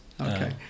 Okay